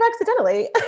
accidentally